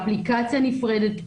אפליקציה נפרדת,